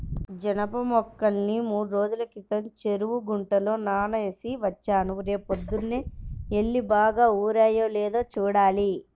జనప మొక్కల్ని మూడ్రోజుల క్రితం చెరువు గుంటలో నానేసి వచ్చాను, రేపొద్దన్నే యెల్లి బాగా ఊరాయో లేదో చూడాలి